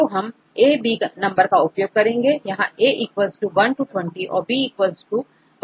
तो हम a b number का उपयोग करेंगे यहां a 1 to 20 और b भी 1 to 20 है